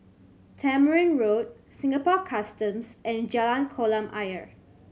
Tamarind Road Singapore Customs and Jalan Kolam Ayer